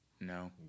No